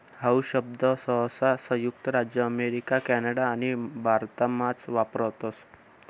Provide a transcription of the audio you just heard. how शब्द सहसा संयुक्त राज्य अमेरिका कॅनडा आणि भारतमाच वापरतस